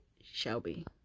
Shelby